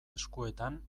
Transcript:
eskuetan